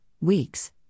weeks